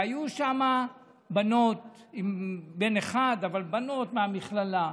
והיו שם בנות ובן אחד, בנות מהמכללה,